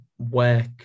work